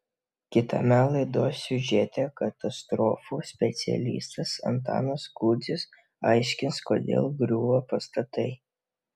kitame laidos siužete katastrofų specialistas antanas kudzys aiškins kodėl griūva pastatai